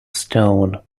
stone